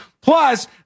Plus